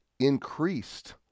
increased